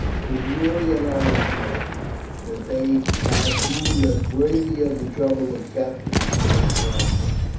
it is really an honour to us that they have deemed us worthy of the trouble of capture, instead of slaying us.